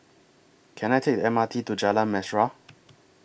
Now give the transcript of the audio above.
Can I Take M R T to Jalan Mesra